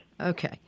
Okay